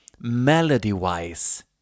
melody-wise